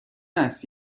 است